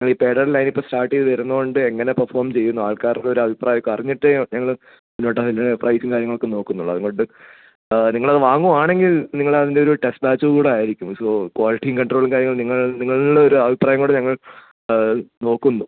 അത് ഈ പേടയുടെ ലൈൻ ഇപ്പോൾ സ്റ്റാർട്ട് ചെയ്ത് വരുന്നതുകൊണ്ട് എങ്ങനെ പെർഫോം ചെയ്യുന്നു ആൾക്കാർക്ക് ഒരു അഭിപ്രായമൊക്കെ അറിഞ്ഞിട്ടേ ഞങ്ങൾ ഉടനെ പ്രൈസും കാര്യങ്ങളൊക്കെ നോക്കുന്നുള്ളു അതുകൊണ്ട് ആ നിങ്ങളത് വാങ്ങുകയാണെങ്കിൽ നിങ്ങൾ അതിൻ്റെ ഒരു ടെസ്റ്റ് ബാച്ച് കൂടെയായിരിക്കും സോ ക്വാളിറ്റിയും കൺട്രോളും കാര്യങ്ങളും നിങ്ങൾ നിങ്ങളുടെ ഒരു അഭിപ്രായം കൂടെ ഞങ്ങൾ നോക്കുന്നു